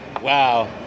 wow